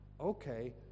okay